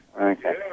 okay